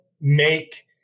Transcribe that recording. make